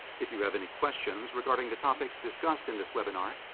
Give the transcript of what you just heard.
if you have any questions regarding the topics discussed in this webinar,